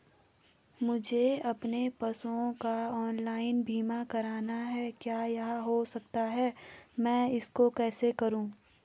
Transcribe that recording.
मुझे अपने पशुओं का ऑनलाइन बीमा करना है क्या यह हो सकता है मैं इसको कैसे करूँ?